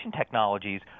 technologies